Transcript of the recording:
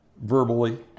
verbally